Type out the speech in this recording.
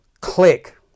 click